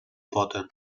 pota